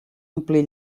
ompli